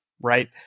right